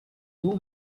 two